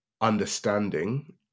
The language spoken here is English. understanding